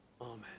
Amen